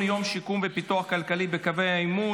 יום לשיקום ופיתוח כלכלי בקווי העימות.